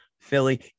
Philly